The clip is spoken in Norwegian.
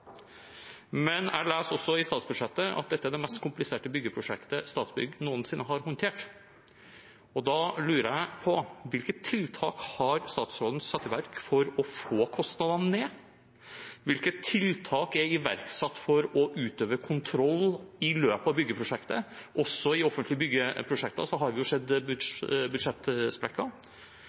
Men jeg leser også i statsbudsjettet at dette er det mest kompliserte byggeprosjektet Statsbygg noensinne har håndtert. Da lurer jeg på: Hvilke tiltak har statsråden satt i verk for å få kostnadene ned? Hvilke tiltak er iverksatt for å utøve kontroll i løpet av byggeprosjektet? Også i offentlige byggeprosjekter har vi jo